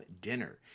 dinner